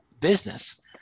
business